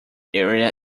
area